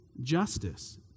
justice